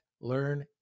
learn